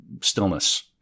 stillness